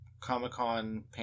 Comic-Con